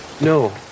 No